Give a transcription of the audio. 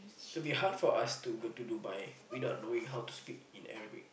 it will be hard for us to go to Dubai without knowing how to speak in Arabic